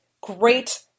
Great